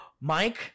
Mike